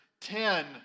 ten